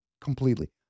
completely